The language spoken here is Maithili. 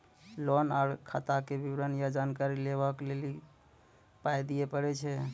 लोन आर खाताक विवरण या जानकारी लेबाक लेल पाय दिये पड़ै छै?